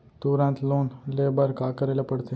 तुरंत लोन ले बर का करे ला पढ़थे?